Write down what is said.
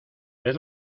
ves